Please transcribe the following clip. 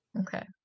Okay